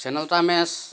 Snehalata match